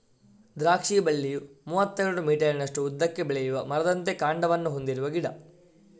ದ್ರಾಕ್ಷಿ ಬಳ್ಳಿಯು ಮೂವತ್ತೆರಡು ಮೀಟರಿನಷ್ಟು ಉದ್ದಕ್ಕೆ ಬೆಳೆಯುವ ಮರದಂತೆ ಕಾಂಡವನ್ನ ಹೊಂದಿರುವ ಗಿಡ